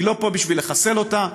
היא לא פה בשביל לחסל אותה,